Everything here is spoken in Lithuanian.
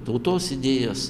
tautos idėjos